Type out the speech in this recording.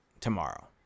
tomorrow